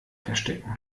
verstecken